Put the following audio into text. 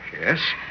Yes